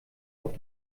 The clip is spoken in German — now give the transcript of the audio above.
auf